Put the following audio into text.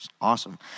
awesome